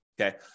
Okay